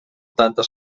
tantes